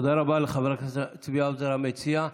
תודה רבה לחבר הכנסת צבי האוזר, המציע.